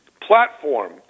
platform